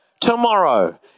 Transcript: Tomorrow